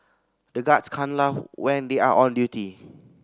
the guards can laugh when they are on duty